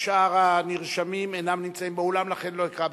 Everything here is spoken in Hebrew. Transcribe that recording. שאר הנרשמים אינם נמצאים באולם, לכן לא אקרא בשמם.